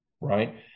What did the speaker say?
right